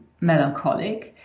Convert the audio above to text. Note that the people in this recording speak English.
melancholic